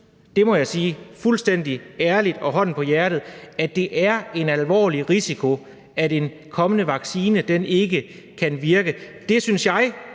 det må jeg sige fuldstændig ærligt og med hånden på hjertet – at det er en alvorlig risiko, at en kommende vaccine ikke vil virke. Det synes jeg